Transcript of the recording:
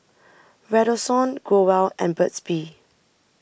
Redoxon Growell and Burt's Bee